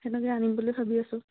সেনেকে আনিম বুলি ভাবি আছোঁ